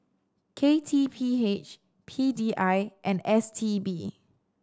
K T P H P D I and S T B